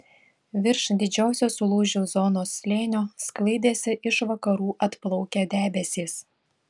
virš didžiosios lūžių zonos slėnio sklaidėsi iš vakarų atplaukę debesys